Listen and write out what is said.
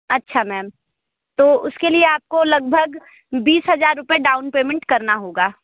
अच्छा मैम तो उसके लिए आपको लगभग बीस हज़ार रुपये डाउन पेमेंट करना होगा